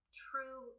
true